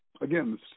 Again